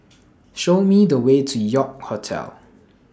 Show Me The Way to York Hotel